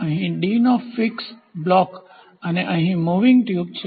અહીં d નો fix block અને અહીં મૂવિંગ ટ્યુબ છે